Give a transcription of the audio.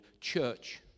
church